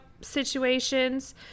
situations